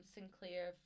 Sinclair